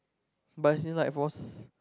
but as in like for